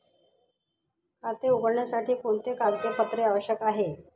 खाते उघडण्यासाठी कोणती कागदपत्रे आवश्यक आहे?